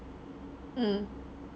mm